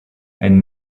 and